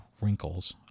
wrinkles